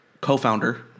co-founder